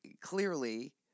clearly